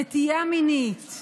נטייה מינית,